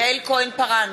יעל כהן-פארן,